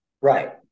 right